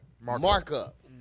markup